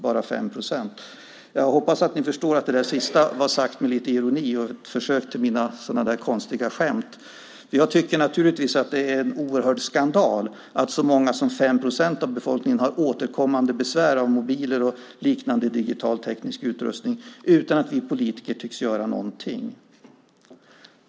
Bara 5 procent - jag hoppas att ni förstår att det var sagt med ironi och att det var ett försök till ett av mina konstiga skämt. Jag tycker naturligtvis att det är en oerhörd skandal att så mycket som 5 procent av befolkningen har återkommande besvär av mobiler och liknande digital teknisk utrustning utan att vi politiker tycks göra någonting.